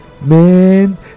man